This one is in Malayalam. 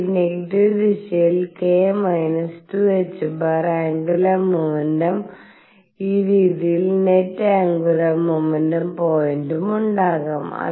എനിക്ക് നെഗറ്റീവ് ദിശയിൽ k −2 ℏ ആന്ഗുലർ മോമെന്റും ഈ രീതിയിൽ നെറ്റ് ആന്ഗുലർ മൊമെന്റം പോയിന്റും ഉണ്ടാകാം